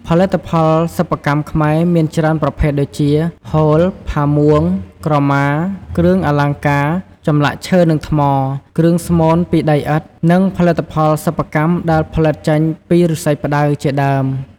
ផលិតផលសិប្បកម្មខ្មែរមានច្រើនប្រភេទដូចជា ហូល ផាមួង ក្រម៉ា គ្រឿងអលង្ការ ចម្លាក់ឈើនិងថ្ម គ្រឿងស្មូនពីដីឥដ្ធ និងផលិផលសិប្បកម្មដែលផលិតចេញពីឬស្សីផ្តៅ ជាដើម។